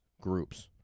groups